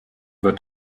wird